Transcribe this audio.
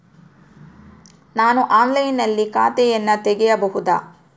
ನಾನು ಆನ್ಲೈನಿನಲ್ಲಿ ಖಾತೆಯನ್ನ ತೆಗೆಯಬಹುದಾ?